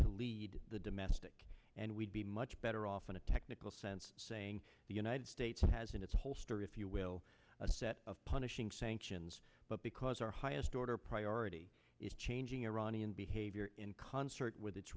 to lead the domestic and we'd be much better off in a technical sense saying the united states has in its holster if you will a set of punishing sanctions but because our highest order priority is changing iranian behavior in concert with